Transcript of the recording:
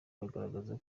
bagaragaza